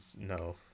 No